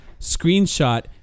screenshot